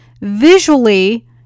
visually